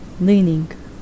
leaning